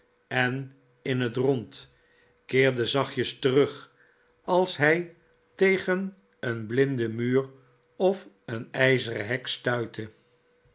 en in het rond keerde zachtjes terug als hij tegen een blinden muur of een ijzeren hek stuitte